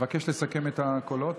אבקש לסכם את הקולות.